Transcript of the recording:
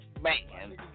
man